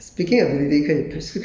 yeah